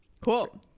Cool